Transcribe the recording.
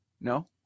No